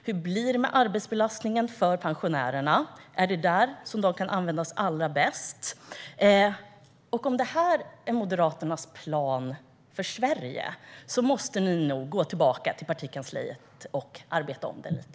Hur blir det med arbetsbelastningen för pensionärerna? Är det där de kan användas allra bäst? Om detta är Moderaternas plan för Sverige måste ni nog gå tillbaka till partikansliet och arbeta om den lite.